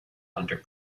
under